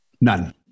None